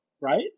right